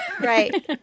Right